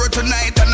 tonight